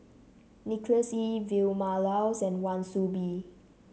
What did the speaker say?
Nicholas Ee Vilma Laus and Wan Soon Bee